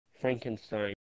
Frankenstein